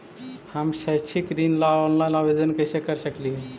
हम शैक्षिक ऋण ला ऑनलाइन आवेदन कैसे कर सकली हे?